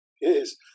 yes